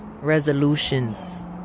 resolutions